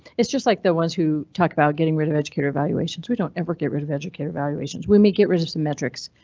it's just like the ones who talk about getting rid of educator evaluations. we don't ever get rid of educator valuations. we may get rid of some metrics.